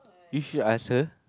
you should ask her